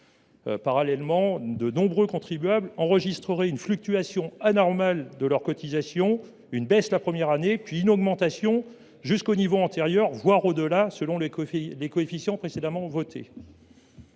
parallèle, de nombreux contribuables enregistrent une fluctuation anormale de leurs cotisations : une baisse la première année, puis une augmentation jusqu’au niveau antérieur, voire au delà, selon les coefficients précédemment votés.